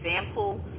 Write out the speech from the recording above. example